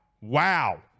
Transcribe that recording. Wow